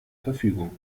verfügung